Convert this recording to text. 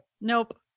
nope